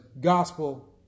gospel